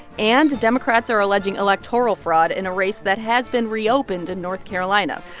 and democrats are alleging electoral fraud in a race that has been reopened in north carolina.